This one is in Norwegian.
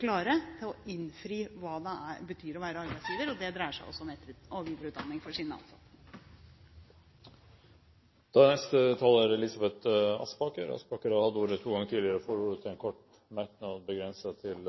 klare til å innfri når det gjelder å være arbeidsgiver. Det dreier seg altså om etter- og videreutdanning for deres ansatte. Representanten Elisabeth Aspaker har hatt ordet to ganger tidligere og får ordet til en kort merknad, begrenset til